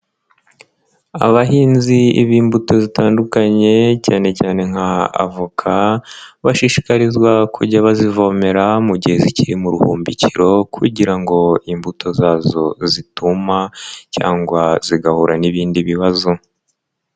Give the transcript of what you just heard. Abahinzi b'imbuto zitandukanye cyane cyane nka avoka, bashishikarizwa kujya bazivomera mu gihe zikiri mu ruhumbikiro kugira ngo imbuto zazo zituma cyangwa zigahura n'ibindi bibazo.